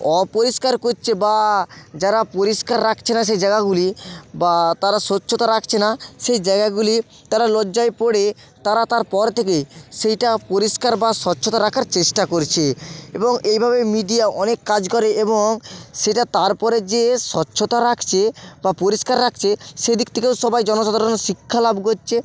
অপরিষ্কার করছে বা যারা পরিষ্কার রাখছে না সে জায়গাগুলি বা তারা স্বচ্ছতা রাখছে না সেই জায়গাগুলি তারা লজ্জায় পড়ে তারা তারপর থেকে সেইটা পরিষ্কার বা স্বচ্ছতা রাখার চেষ্টা করছে এবং এইভাবে মিডিয়া অনেক কাজ করে এবং সেটা তারপরে যেয়ে স্বচ্ছতা রাখছে বা পরিষ্কার রাখচে সেদিক থেকেও সবাই জনসাধারণ শিক্ষা লাভ করছে